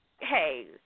hey